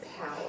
power